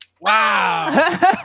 Wow